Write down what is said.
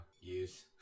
use